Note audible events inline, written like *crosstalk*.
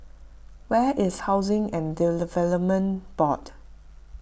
where is Housing and *unintelligible* Board